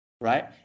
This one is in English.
right